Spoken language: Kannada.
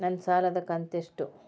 ನನ್ನ ಸಾಲದು ಕಂತ್ಯಷ್ಟು?